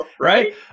right